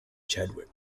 chadwick